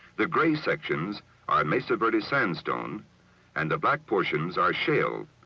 the gray sections are mesaverde sandstone and the black portions are shale,